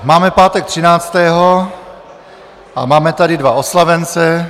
Máme pátek třináctého a máme tady dva oslavence.